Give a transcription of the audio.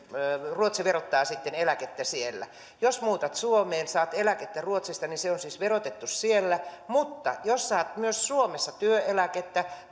ruotsi verottaa sitten eläkettä siellä ja jos muutat suomeen saat eläkettä ruotsista se on siis verotettu siellä mutta jos saat myös suomesta työeläkettä